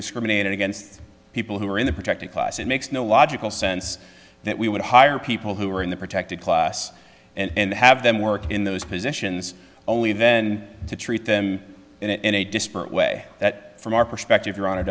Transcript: discriminate against people who are in the protected class it makes no logical sense that we would hire people who are in the protected class and have them work in those positions only then to treat them in a disparate way that from our perspective